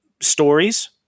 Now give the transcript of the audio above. stories